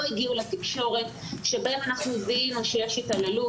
הגיעו לתקשורת בהם אנחנו זיהינו שיש התעללות,